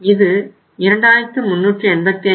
இது 2385